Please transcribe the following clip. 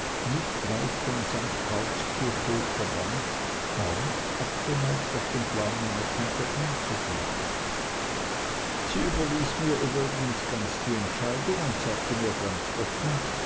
nicht weit vom st paulskirchhof verband gar nicht abgeneigt auf den plan meiner tante einzugehen sie überließ mir übrigens ganz die entscheidung und sagte mir ganz offen